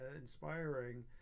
inspiring